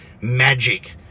magic